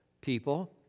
people